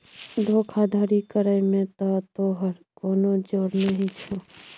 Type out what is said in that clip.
धोखाधड़ी करय मे त तोहर कोनो जोर नहि छौ